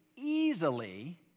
easily